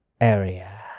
area